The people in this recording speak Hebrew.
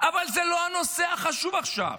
אבל זה לא הנושא החשוב עכשיו.